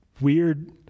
weird